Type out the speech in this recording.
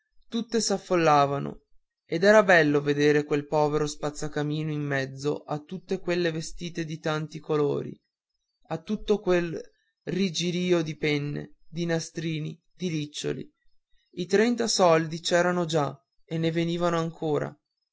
fioccarono tutte s'affollavano ed era bello a vedere quel povero spazzacamino in mezzo a tutte quelle vestine di tanti colori a tutto quel rigirìo di penne di nastrini di riccioli i trenta soldi c'erano già e ne venivano ancora